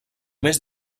més